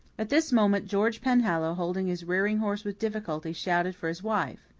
at this moment george penhallow, holding his rearing horse with difficulty, shouted for his wife.